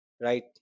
right